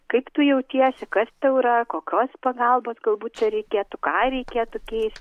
kaip tu jautiesi kas tau yra kokios pagalbos galbūt čia reikėtų ką reikėtų keist